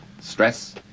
Stress